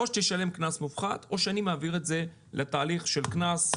או שתשלם קנס מופחת או שאני מעביר את זה לתהליך של קנס,